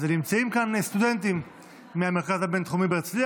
ונמצאים כאן סטודנטים מהמרכז הבינתחומי בהרצליה,